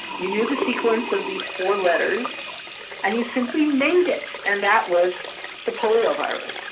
you knew the sequence of these four letters and you simply made it and that was the polio virus.